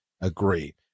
agree